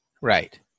Right